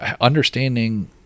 understanding